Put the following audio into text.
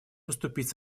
поступить